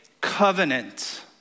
covenant